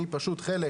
אני פשוט חלק